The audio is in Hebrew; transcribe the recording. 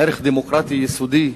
ערך דמוקרטי יסודי,